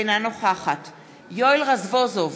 אינה נוכחת יואל רזבוזוב,